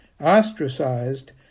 Ostracized